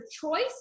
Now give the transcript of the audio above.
choice